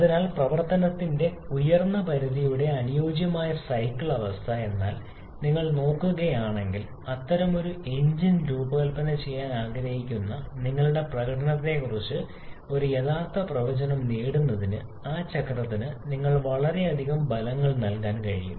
അതിനാൽ പ്രവർത്തനത്തിന്റെ ഉയർന്ന പരിധിയുടെ അനുയോജ്യമായ സൈക്കിൾ അവസ്ഥ എന്നാൽ നിങ്ങൾ നോക്കുകയാണെങ്കിൽ അത്തരമൊരു എഞ്ചിൻ രൂപകൽപ്പന ചെയ്യാൻ ആഗ്രഹിക്കുന്ന നിങ്ങളുടെ പ്രകടനത്തെക്കുറിച്ച് ഒരു യഥാർത്ഥ പ്രവചനം നേടുന്നതിന് ആ ചക്രത്തിന് നിങ്ങൾക്ക് വളരെയധികം ഫലങ്ങൾ നൽകാൻ കഴിയും